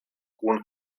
kun